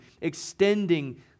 extending